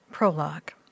Prologue